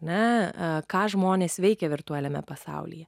na ką žmonės veikia virtualiame pasaulyje